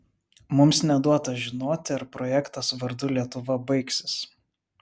mums neduota žinoti ar projektas vardu lietuva baigsis